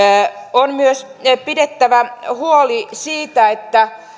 on myös pidettävä huoli siitä että